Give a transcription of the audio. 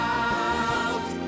out